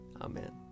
Amen